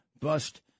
bust